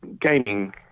gaming